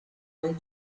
nel